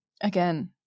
Again